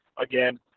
Again